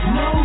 no